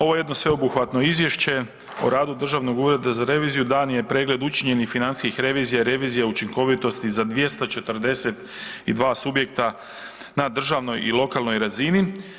Ovo je jedno sveobuhvatno izvješće o radu Državnog ureda za reviziju, dan je pregled učinjenih financijskih revizija i revizija učinkovitosti za 242 subjekta na državnoj i lokalnoj razini.